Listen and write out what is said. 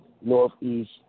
Northeast